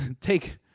take